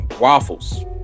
Waffles